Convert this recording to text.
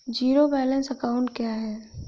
Zero balance account क्या है?